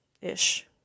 ish